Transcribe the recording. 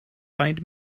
find